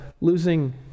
losing